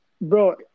Bro